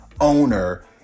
owner